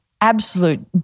absolute